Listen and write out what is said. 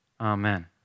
amen